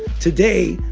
today,